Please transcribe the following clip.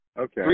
Okay